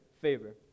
favor